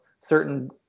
Certain